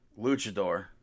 luchador